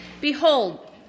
Behold